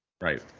Right